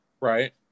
Right